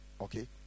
Okay